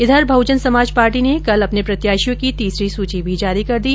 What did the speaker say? इधर बहुजन समाज पार्टी ने कल अपने प्रत्याशियों की तीसरी सूची भी जारी कर दी